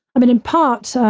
i mean, in part, so